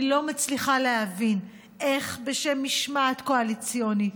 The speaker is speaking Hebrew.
אני לא מצליחה להבין איך בשם משמעת קואליציונית,